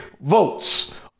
votes